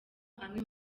amwe